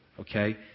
okay